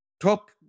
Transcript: Top